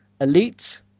Elite